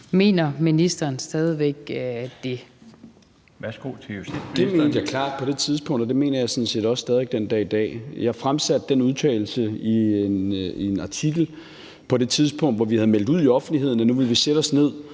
(Peter Hummelgaard): Det mente jeg klart på det tidspunkt, og det mener jeg sådan set også stadig den dag i dag. Jeg fremsatte den udtalelse i en artikel på det tidspunkt, hvor vi havde meldt ud i offentligheden, at nu ville vi sætte os ned